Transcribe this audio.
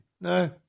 No